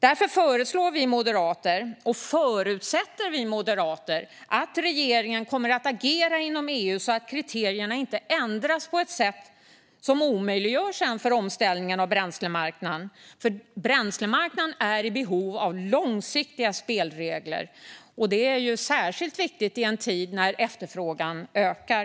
Därför föreslår och förutsätter vi moderater att regeringen kommer att agera inom EU så att kriterierna inte ändras på ett sätt som sedan omöjliggör för omställningen av bränslemarknaden. Bränslemarknaden är nämligen i behov av långsiktiga spelregler, vilket är särskilt viktigt i en tid då efterfrågan ökar.